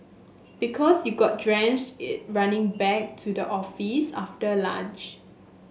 because you got drenched it running back to the office after lunch